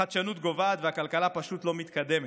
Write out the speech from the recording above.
החדשנות גוועת והכלכלה פשוט לא מתקדמת,